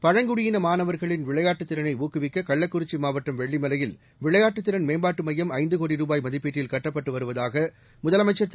பழங்குடியின மாணவர்களின் விளையாட்டுத் திறளை ஊக்குவிக்க கள்ளக்குறிச்சி மாவட்டம் வெள்ளிமலையில் விளையாட்டுத் திறன் மேம்பாட்டு மையம் ஐந்து கோடி ரூபாய் மதிப்பீட்டில் கட்டப்பட்டு வருவதாக முதலமைச்சர் திரு